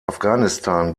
afghanistan